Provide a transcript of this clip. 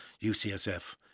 UCSF